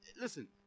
listen